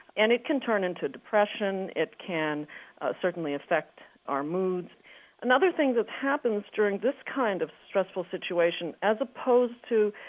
and it can turn into into depression. it can certainly affect our moods another things that happen during this kind of stressful situation as opposed to,